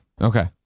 Okay